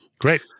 Great